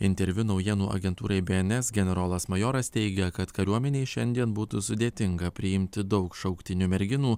interviu naujienų agentūrai bns generolas majoras teigia kad kariuomenei šiandien būtų sudėtinga priimti daug šauktinių merginų